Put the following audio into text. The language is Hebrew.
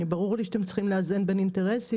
ברור לי שאתם צריכים לאזן בין אינטרסים,